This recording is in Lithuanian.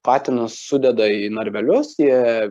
patinus sudeda į narvelius jie